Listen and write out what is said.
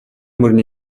морины